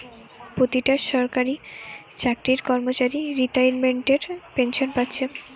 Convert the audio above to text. পোতিটা সরকারি চাকরির কর্মচারী রিতাইমেন্টের পেনশেন পাচ্ছে